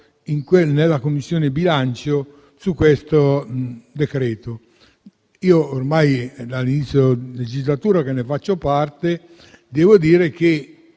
nella Commissione bilancio su questo decreto. È ormai dall'inizio della legislatura che ne faccio parte e devo dire che